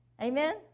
Amen